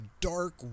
dark